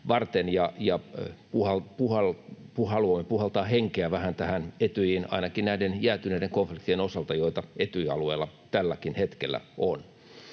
Haluamme puhaltaa henkeä vähän tähän Etyjiin, ainakin näiden jäätyneiden konfliktien osalta, joita Etyj-alueella tälläkin hetkellä on.